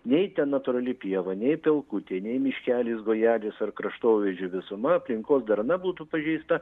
nei ten natūrali pieva nei pelkutė nei miškelis gojelis ar kraštovaizdžio visuma aplinkos darna būtų pažeista